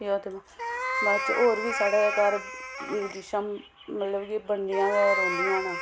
बाद च होर बी साढ़ै घर डिशां मतलब की बनदियां गै रौंह्दियां न